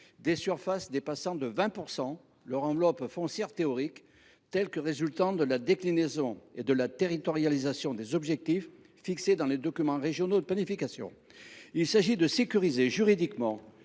des surfaces dépassant de 20 % leur enveloppe foncière théorique, ainsi qu’il en résulte de la déclinaison et de la territorialisation des objectifs fixés dans les documents régionaux de planification. Il s’agit de sécuriser juridiquement